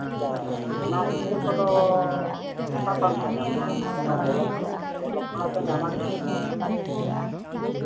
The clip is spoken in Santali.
ᱟᱪᱪᱷᱟ ᱚᱱᱟ ᱤᱛᱟᱹ ᱠᱚᱫᱚ ᱚᱠᱟ ᱠᱷᱚᱱᱯᱮ ᱧᱟᱢᱟ ᱠᱚᱱᱳ ᱵᱞᱚᱠ ᱠᱷᱚᱱᱟᱜ ᱯᱮ ᱧᱟᱢᱟ ᱠᱤ